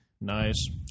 Nice